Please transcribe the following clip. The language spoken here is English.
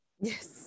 Yes